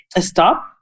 stop